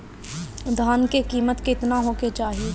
धान के किमत केतना होखे चाही?